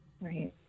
Right